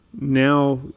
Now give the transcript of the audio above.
now